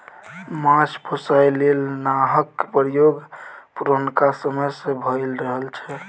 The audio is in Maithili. माछ पोसय लेल नाहक प्रयोग पुरनका समय सँ भए रहल छै